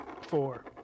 four